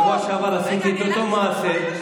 בשבוע שעבר עשיתי את אותו מעשה,